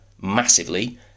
massively